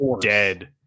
dead